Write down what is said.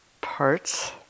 parts